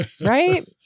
Right